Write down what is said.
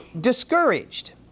discouraged